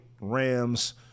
Rams